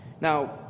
Now